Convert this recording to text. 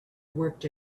worked